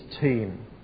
team